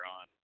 on